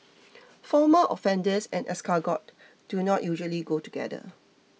former offenders and escargot do not usually go together